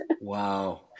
Wow